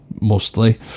mostly